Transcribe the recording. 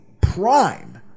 prime